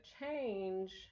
change